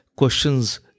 questions